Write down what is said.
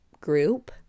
group